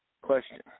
question